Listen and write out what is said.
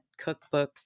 cookbooks